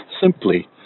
simply